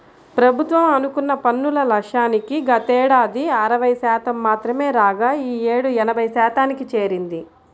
ప్రభుత్వం అనుకున్న పన్నుల లక్ష్యానికి గతేడాది అరవై శాతం మాత్రమే రాగా ఈ యేడు ఎనభై శాతానికి చేరింది